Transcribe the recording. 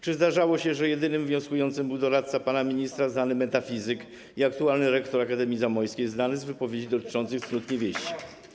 Czy zdarzało się, że jedynym wnioskującym był doradca pana ministra, znany metafizyk i aktualny rektor Akademii Zamojskiej znany z wypowiedzi dotyczącej cnót niewieścich?